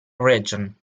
region